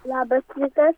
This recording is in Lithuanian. labas rytas